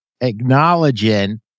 acknowledging